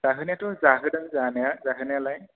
जाहोनायाथ' जाहोदों जानाया जाहोनायालाय